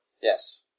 Yes